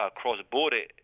cross-border